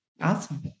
Awesome